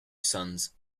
sons